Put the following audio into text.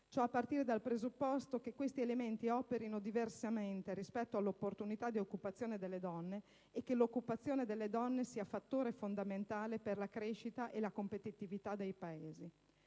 Ciò, a partire dal presupposto che questi elementi operino diversamente rispetto all'opportunità di occupazione delle donne e che l'occupazione delle donne sia fattore fondamentale per la crescita e la competitività dei Paesi.